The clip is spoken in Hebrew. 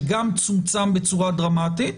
שגם צומצם בצורה דרמטית.